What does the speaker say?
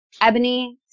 Ebony